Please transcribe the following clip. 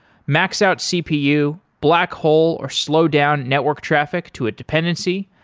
max out cpu, black hole or slow down network traffic to a dependency,